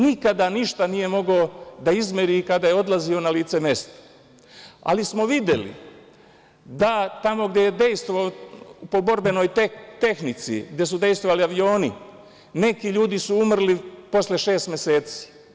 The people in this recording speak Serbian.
Nikada ništa nije mogao da izmeri kada je odlazio na lice mesta, ali smo videli da tamo gde je dejstvovao po borbenoj tehnici, gde su dejstvovali avioni, neki ljudi su umrli posle šest meseci.